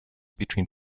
between